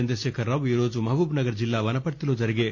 చంద్రశేఖరరావు ఈరోజు మహబూబ్నగర్ జిల్లా వనపర్తిలో జరిగే టి